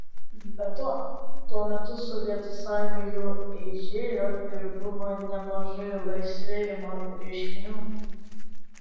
be to tuo metu sovietų sąjunga jau eižėjo ir buvo nemažai laisvėjimo reiškinių